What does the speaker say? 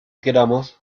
queramos